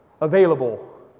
available